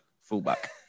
fullback